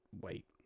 Wait